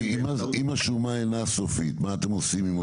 אם השומה אינה סופית, מה אתם עושים עם אותו?